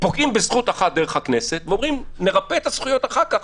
פוגעים בזכות אחת דרך הכנסת ואומרת ממשלה: נרפא את הזכויות אחר כך.